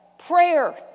Prayer